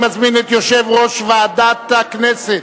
אני מזמין את יושב-ראש ועדת הכנסת